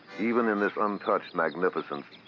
even in this untouched magnificence,